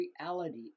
reality